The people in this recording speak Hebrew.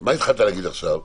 מה התחלת להגיד עכשיו?